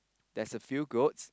there's a few goats